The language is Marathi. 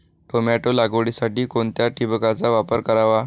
टोमॅटो लागवडीसाठी कोणत्या ठिबकचा वापर करावा?